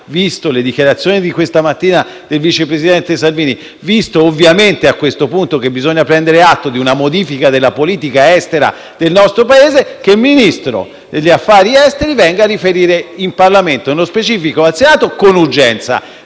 le dichiarazioni di questa mattina del vice presidente Salvini e, ovviamente, visto che, a questo punto bisogna prendere atto di una modifica della politica estera del nostro Paese, il Ministro degli affari esteri venga a riferire in Parlamento, non specifico al Senato, con urgenza.